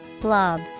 Blob